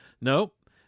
Nope